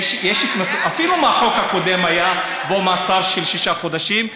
אפילו בחוק הקודם היה מאסר של שישה חודשים,